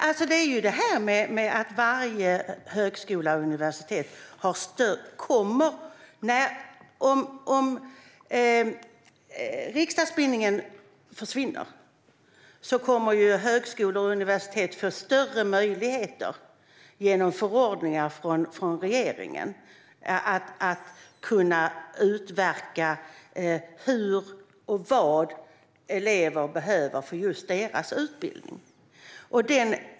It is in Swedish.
Fru talman! Om riksdagsbindningen försvinner kommer ju varje högskola och universitet genom förordningar från regeringen att få större möjligheter att utverka det som elever behöver för just sin utbildning.